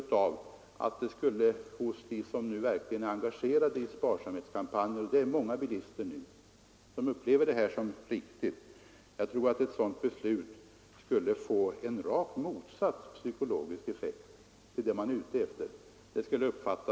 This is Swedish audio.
Många bilister är nu engagerade i sparsamhetskampanjen. Jag tror därför att ett sådant beslut skulle få en psykologisk effekt som vore rakt motsatt den man vill åstadkomma.